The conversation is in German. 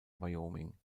wyoming